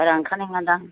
बारा ओंखारनाय नङादां